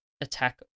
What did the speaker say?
attack